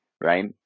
right